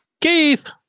Keith